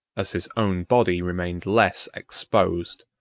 as his own body remained less exposed,